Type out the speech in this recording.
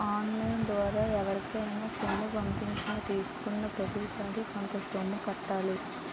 on line ద్వారా ఎవరికైనా సొమ్ము పంపించినా తీసుకున్నాప్రతిసారి కొంత సొమ్ము కట్టాలి